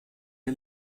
der